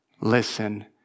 Listen